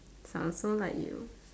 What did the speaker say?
sounds more like you